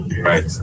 right